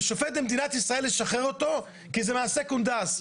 ושופט במדינת ישראל ישחרר אותו כי זה מעשה קונדס?